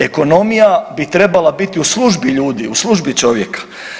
Ekonomija bi trebala biti u službi ljudi, u službi čovjeka.